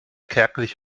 kärglich